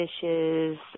dishes